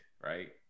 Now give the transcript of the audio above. right